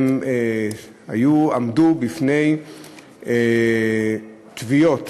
הם עמדו בפני תביעות